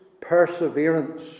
Perseverance